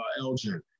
Elgin